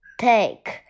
take